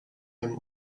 them